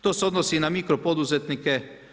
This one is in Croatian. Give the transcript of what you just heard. To se odnosi i na mikropoduzetnike.